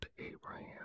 Abraham